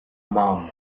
mum